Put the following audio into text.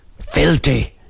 filthy